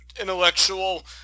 intellectual